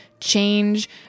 change